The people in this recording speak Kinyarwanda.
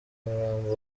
murambo